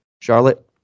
Charlotte